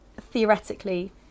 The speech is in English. theoretically